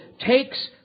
takes